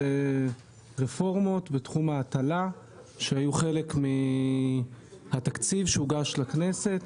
רפורמות בתחום ההטלה שהיו חלק מהתקציב שהוגש לכנסת